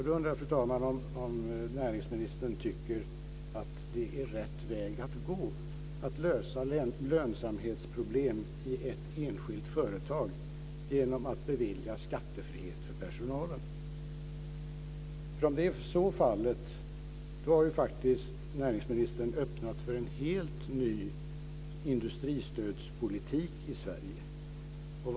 Då undrar jag, fru talman, om näringsministern tycker att det är rätt väg att gå att lösa lönsamhetsproblem i ett enskilt företag genom att bevilja skattefrihet för personalen. Om så är fallet har näringsministern faktiskt öppnat för en helt ny industristödspolitik i Sverige.